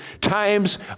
Times